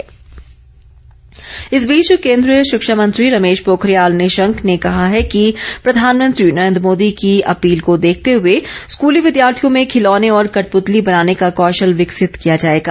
निशंक इस बीच केंद्रीय शिक्षा मंत्री रमेश पोखरियाल निशंक ने कहा है कि प्रधानमंत्री नरेन्द्र मोदी की अपील को देखते हए स्कूली विद्यार्थियों में खिलौने और कठपुतली बनाने का कौशल विकसित किया जाएगा